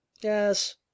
Yes